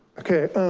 okay,